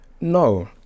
No